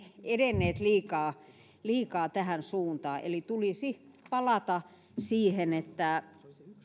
edenneet liikaa liikaa tähän suuntaan eli tulisi palata siihen että